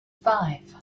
five